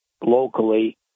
locally